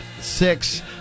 six